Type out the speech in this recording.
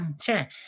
sure